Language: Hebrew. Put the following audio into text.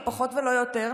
לא פחות ולא יותר,